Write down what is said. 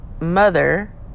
mother